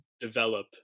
develop